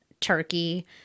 turkey